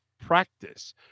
practice